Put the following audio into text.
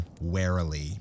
warily